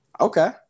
Okay